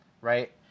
right